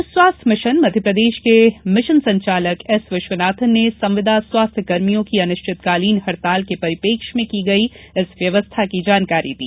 राष्ट्रीय स्वास्थ्य मिशन मप्र के मिशन संचालक एसविश्वनाथन ने संविदा स्वास्थ्य कर्भियों की अनिश्चितकालीन हड़ताल के परिप्रेक्ष्य में की गई इस व्यवस्था की जानकारी दी